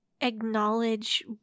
acknowledge